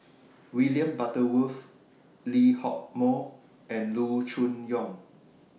William Butterworth Lee Hock Moh and Loo Choon Yong